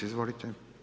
Izvolite.